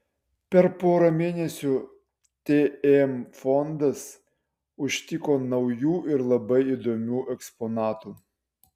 per porą mėnesių tm fondas užtiko naujų ir labai įdomių eksponatų